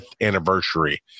anniversary